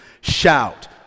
Shout